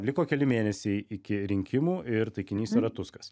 liko keli mėnesiai iki rinkimų ir taikinys yra tuskas